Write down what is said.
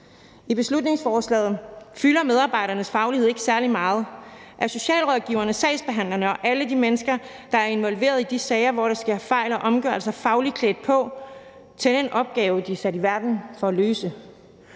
I beslutningsforslaget fylder medarbejdernes faglighed ikke særlig meget. Er socialrådgiverne, sagsbehandlerne og alle de mennesker, der er involveret i de sager, hvor der sker fejl og omgørelser, fagligt klædt på til den opgave, de er sat i verden for at løse?